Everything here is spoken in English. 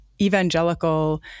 evangelical